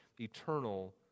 eternal